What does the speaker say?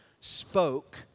spoke